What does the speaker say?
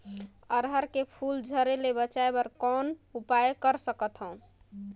अरहर के फूल झरे ले बचाय बर कौन उपाय कर सकथव?